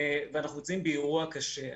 ואנחנו נמצאים באירוע קשה.